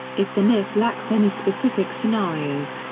if the myth lacks any specific scenarios,